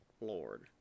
Lord